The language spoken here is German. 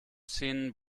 szenen